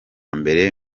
mbere